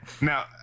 Now